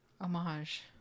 homage